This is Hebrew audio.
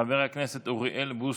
חבר הכנסת אוריאל בוסו,